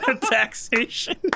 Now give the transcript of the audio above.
taxation